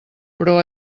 però